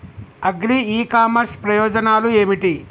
Agri e commerce ప్రయోజనాలు ఏమిటి?